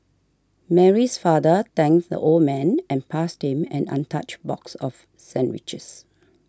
Mary's father thanked the old man and passed him an untouched box of sandwiches